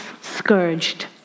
scourged